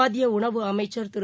மத்தியஉணவு அமைச்சர் திரு